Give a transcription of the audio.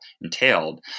entailed